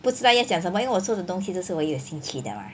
不知道要讲什么因为我做的东西的都是我有兴趣的 mah